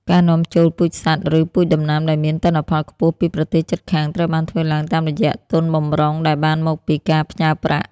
ការនាំចូលពូជសត្វ ឬពូជដំណាំដែលមានទិន្នផលខ្ពស់ពីប្រទេសជិតខាងត្រូវបានធ្វើឡើងតាមរយៈទុនបម្រុងដែលបានមកពីការផ្ញើប្រាក់។